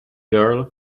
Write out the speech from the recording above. girl